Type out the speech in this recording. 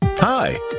Hi